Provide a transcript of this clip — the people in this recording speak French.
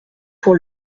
pour